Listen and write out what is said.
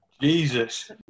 Jesus